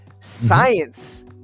Science